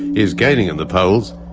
is gaining in the polls.